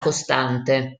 costante